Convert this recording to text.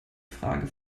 frage